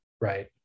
Right